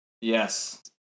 Yes